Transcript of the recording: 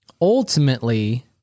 ultimately